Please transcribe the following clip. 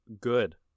good